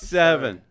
seven